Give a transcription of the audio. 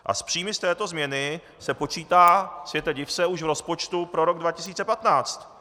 S příjmy z této změny se počítá světe, div se! už v rozpočtu pro rok 2015.